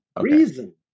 Reason